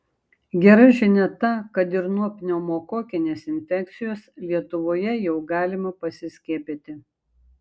gera žinia ta kad ir nuo pneumokokinės infekcijos lietuvoje jau galima pasiskiepyti